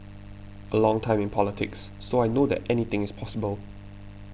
a long time in politics so I know that anything is possible